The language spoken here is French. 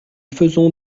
faisons